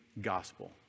gospel